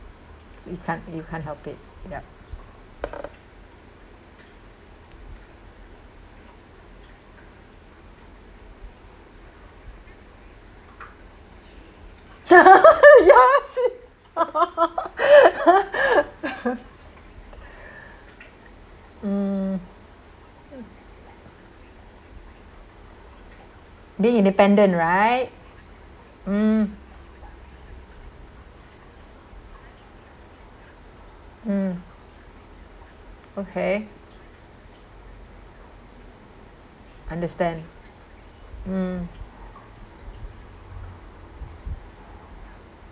you can't you can't help it yup yes mm being independent right mm hmm okay understand mm